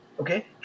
okay